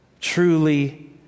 truly